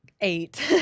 eight